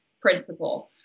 principle